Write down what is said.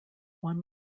one